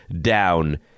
down